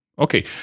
Okay